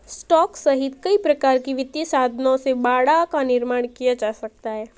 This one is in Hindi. स्टॉक सहित कई प्रकार के वित्तीय साधनों से बाड़ा का निर्माण किया जा सकता है